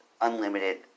unlimited